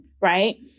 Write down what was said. right